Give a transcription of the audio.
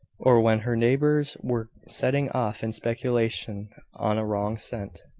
or when her neighbours were setting off in speculation on a wrong scent.